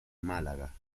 málaga